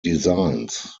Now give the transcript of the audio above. designs